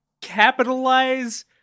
capitalize